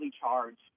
charged